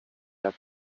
era